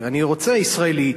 כי אני רוצה ישראלי,